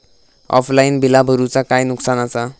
Offline बिला भरूचा काय नुकसान आसा?